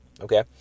okay